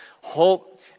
hope